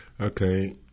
Okay